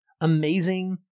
amazing